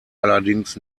allerdings